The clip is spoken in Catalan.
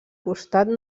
costat